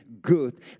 good